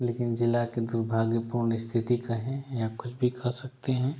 लेकिन ज़िला के दुर्भाग्यपूर्ण स्थिति कहें या कुछ भी कह सकते हैं